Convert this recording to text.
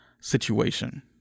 situation